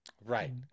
Right